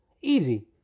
Easy